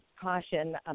caution